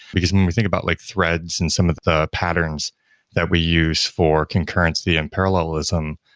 because when we think about like threads and some of the patterns that we use for concurrency and parallelism,